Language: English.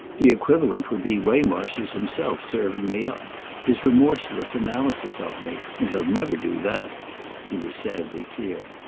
the equivalent would be waymarsh's himself serving me up his remorseless analysis of me. and he'll never do that he was sadly clear.